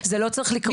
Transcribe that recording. זה לא צריך לקרות.